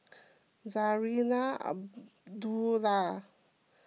Zarinah Abdullah